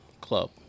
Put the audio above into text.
club